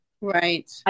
right